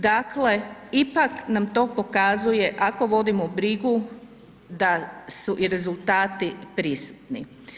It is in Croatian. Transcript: Dakle, ipak nam to pokazuje ako vodimo brigu da su i rezultati prisutni.